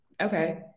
okay